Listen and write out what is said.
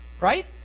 right